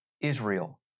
Israel